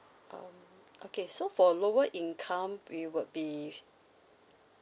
um okay so for a lower income we would be